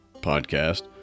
podcast